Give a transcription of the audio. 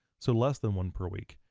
so, less than one per week,